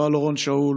לא על אורון שאול,